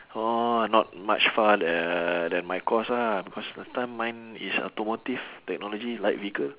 oh not much far uh than my course ah because last time mine is automotive technology light vehicle